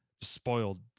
spoiled